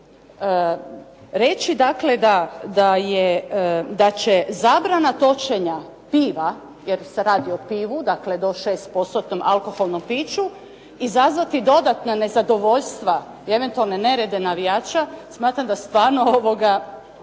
je, da će zabrana točenja piva, jer se radi o pivu, dakle, do 6%-tnom alkoholnom piću, izazvati dodatna nezadovoljstva i eventualne nerede navijača smatram da stvarno ne